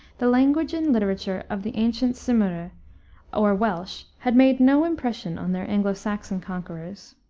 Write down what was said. the language and literature of the ancient cymry or welsh had made no impression on their anglo-saxon conquerors.